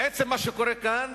בעצם, מה שקורה כאן,